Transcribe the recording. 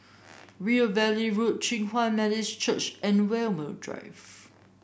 River Valley Road Hinghwa Methodist Church and Walmer Drive